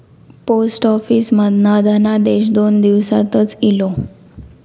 post office मधना धनादेश दोन दिवसातच इलो